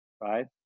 right